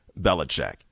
Belichick